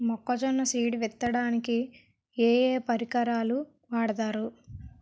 మొక్కజొన్న సీడ్ విత్తడానికి ఏ ఏ పరికరాలు వాడతారు?